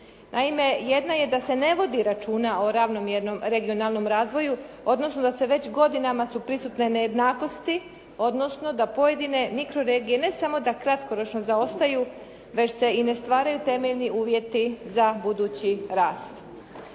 Naime, jedna je da se ne vodi računa o ravnomjernom regionalnom razvoju, odnosno da su već godinama prisutne nejednakosti, odnosno voljela bih da pojedine mikroregije ne samo da kratkoročno zaostaju, već se i ne stvaraju temeljni uvjeti za budući rast.